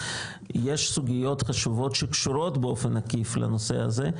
יש סוגיות חשובות שקשורות באופן עקיף לנושא הזה,